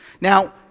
Now